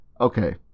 Okay